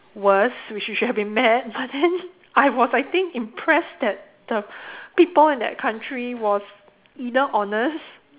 worse which we should've been mad but then I was I think impressed that the people in that country was either honest